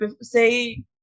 say